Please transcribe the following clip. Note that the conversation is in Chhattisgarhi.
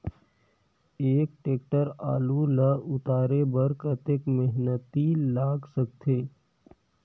एक टेक्टर आलू ल उतारे बर कतेक मेहनती लाग सकथे?